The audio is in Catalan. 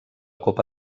copa